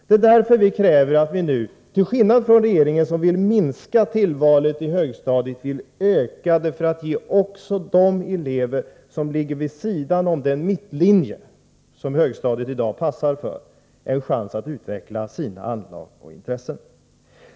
Det är därför som vi nu vill öka tillvalsmöjligheterna i högstadiet — till skillnad från regeringen, som vill minska dem — för att ge också de elever som ligger vid sidan om den mittlinje som högstadiet i dag passar för en chans att utveckla sina anlag och intressen.